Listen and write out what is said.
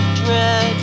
dread